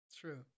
true